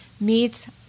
meets